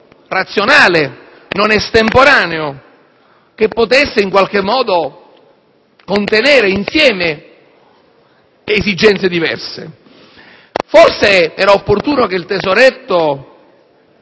razionale, non estemporaneo, che potesse in qualche modo contenere esigenze diverse. Forse era opportuno che il tesoretto